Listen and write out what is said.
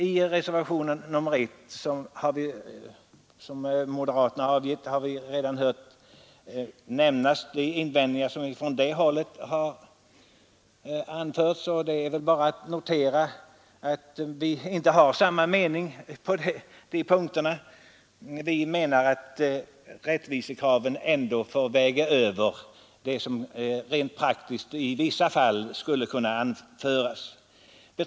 I reservationen 1, som har avgivits av de moderata representanterna i utskottet, anföres, som vi redan har hört, vissa invändningar. Det är väl bara att notera att vi inte har samma mening på de punkterna. Vi menar att rättvisekraven ändå får väga över de rent praktiska synpunkter som i vissa fall skulle kunna anföras.